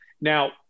Now